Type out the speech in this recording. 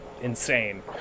insane